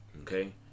Okay